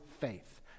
faith